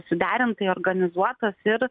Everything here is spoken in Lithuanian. suderintai organizuotas ir